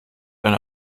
eine